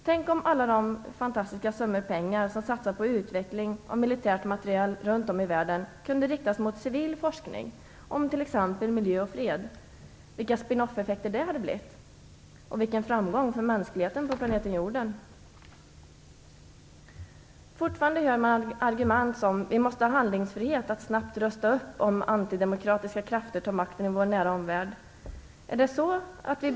Tänk om alla de fantastiska penningsummor som runt om i världen satsas på utveckling av militär materiel kunde riktas mot civil forskning t.ex. om miljö och fred! Vilka spin-off-effekter skulle det inte få! Och vilken framgång för mänskligheten på planeten Jorden! Fortfarande hör man argument som: "Vi måste ha handlingsfrihet att snabbt rusta upp om antidemokratiska krafter tar makten i vår nära omvärld."